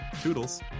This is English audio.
Toodles